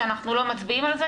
כשאנחנו לא מצביעים על זה,